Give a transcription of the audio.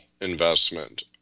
investment